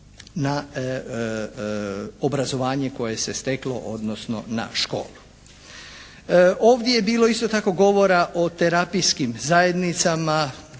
na obrazovanje koje se steklo, odnosno na školu. Ovdje je bilo isto tako govora o terapijskim zajednicama.